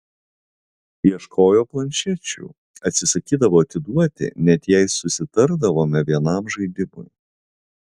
ieškojo planšečių atsisakydavo atiduoti net jei susitardavome vienam žaidimui